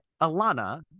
Alana